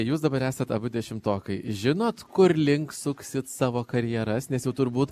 jūs dabar esat abu dešimtokai žinot kur link suksit savo karjeras nes jau turbūt